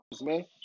man